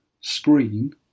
screen